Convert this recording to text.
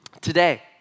Today